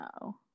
no